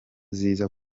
ziza